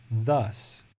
thus